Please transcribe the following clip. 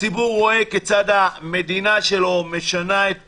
-- הציבור רואה כיצד המדינה שלו משנה את פנייה,